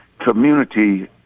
community